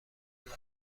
حالا